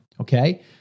Okay